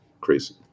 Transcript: crazy